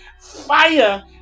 fire